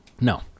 No